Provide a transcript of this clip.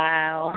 Wow